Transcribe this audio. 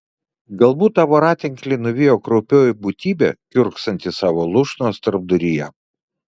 galbūt tą voratinklį nuvijo kraupioji būtybė kiurksanti savo lūšnos tarpduryje